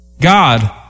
God